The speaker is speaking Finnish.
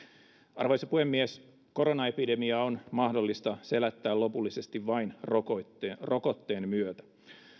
arvoisa puhemies koronaepidemia on mahdollista selättää lopullisesti vain rokotteen rokotteen myötä